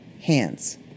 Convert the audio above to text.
hands